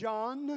John